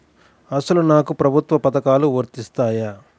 అసలు నాకు ప్రభుత్వ పథకాలు వర్తిస్తాయా?